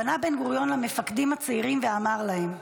פנה בן-גוריון למפקדים הצעירים ואמר להם: